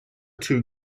two